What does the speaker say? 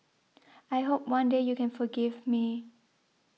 I hope one day you can forgive me